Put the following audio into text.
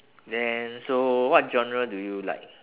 then so what genre do you like